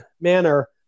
manner